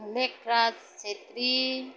Lekhraj Chhetri